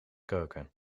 koken